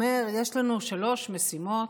אומר: יש לנו שלוש משימות: